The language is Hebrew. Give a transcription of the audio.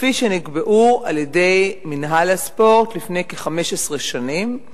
כפי שנקבעו על-ידי מינהל הספורט לפני כ-15 שנים.